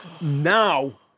now